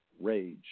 Rage